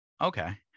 Okay